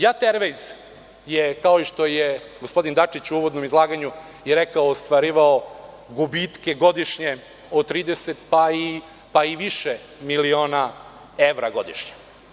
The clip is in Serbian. Jat Ervajz“ je, kao što je gospodin Dačić u uvodnom izlaganju rekao, ostvarivao godišnje gubitke od 30 pa i više miliona evra godišnje.